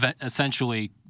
essentially